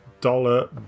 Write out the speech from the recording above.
dollar